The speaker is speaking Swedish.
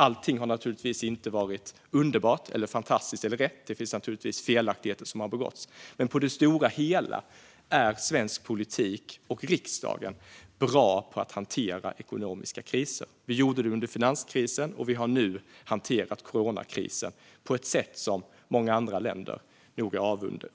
Allting har naturligtvis inte varit underbart, fantastiskt eller rätt - det finns naturligtvis felaktigheter som har begåtts - men på det stora hela är svensk politik och riksdagen bra på att hantera ekonomiska kriser. Vi gjorde det under finanskrisen, och vi har nu hanterat coronakrisen på ett sätt som många andra länder nog